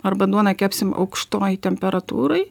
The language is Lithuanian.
arba duoną kepsim aukštoj temperatūroj